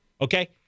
okay